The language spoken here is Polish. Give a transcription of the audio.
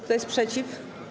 Kto jest przeciw?